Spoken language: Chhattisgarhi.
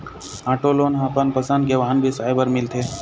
आटो लोन ह अपन पसंद के वाहन बिसाए बर मिलथे